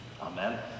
Amen